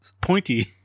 pointy